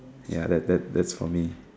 ya that that that's for me